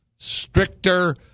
stricter